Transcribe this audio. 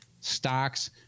stocks